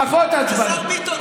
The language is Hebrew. פחות עצבני.